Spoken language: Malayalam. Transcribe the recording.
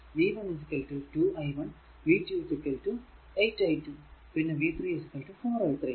v 1 2 i1 v 2 8 i2 പിന്നെ v 3 4 i3